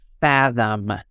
fathom